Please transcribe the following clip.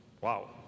Wow